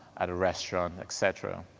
at a restaurant, et cetera.